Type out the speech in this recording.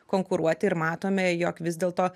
konkuruoti ir matome jog vis dėlto